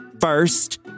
first